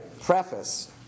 preface